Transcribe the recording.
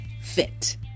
Fit